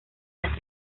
las